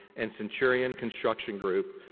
and centurion construction group,